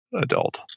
adult